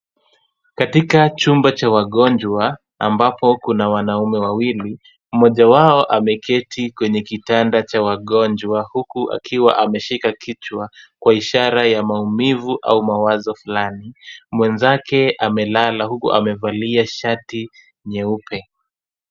Katika chumba cha wagonjwa ambapo kuna wanaume wawili, mmoja wao ameketi kwenye kitanda cha wagonjwa, huku akiwa ameshika kichwa kwa ishara ya maumivu au mawazo fulani. Mwenzake amelala huku amevalia shati nyeupe.